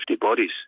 bodies